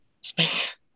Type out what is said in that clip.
space